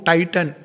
Titan